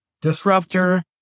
disruptor